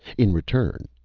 in return,